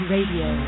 Radio